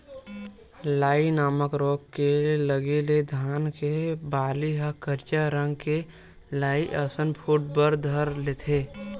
लाई नामक रोग के लगे ले धान के बाली ह करिया रंग के लाई असन फूट बर धर लेथे